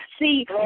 See